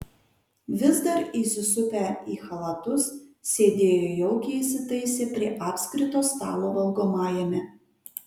vis dar įsisupę į chalatus sėdėjo jaukiai įsitaisę prie apskrito stalo valgomajame